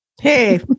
Hey